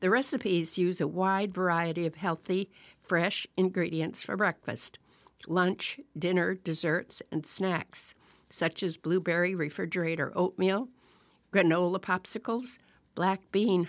the recipes use a wide variety of healthy fresh ingredients for breakfast lunch dinner desserts and snacks such as blueberry refrigerator oatmeal granola popsicles black bean